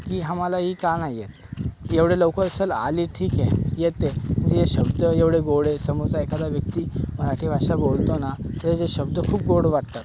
की आम्हाला ही का नाही येत एवढे लवकर चल आली ठीक आहे येते जे शब्द एवढे गोड आहे समोरचा एखादा व्यक्ती मराठी भाषा बोलतो ना त्याचे शब्द खूप गोड वाटतात